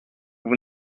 vous